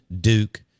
Duke